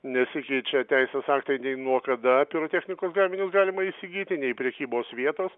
nesikeičia teisės aktai nei nuo kada pirotechnikos gaminius galima įsigyti nei prekybos vietos